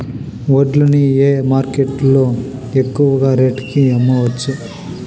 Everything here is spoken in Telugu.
వడ్లు ని ఏ మార్కెట్ లో ఎక్కువగా రేటు కి అమ్మవచ్చు?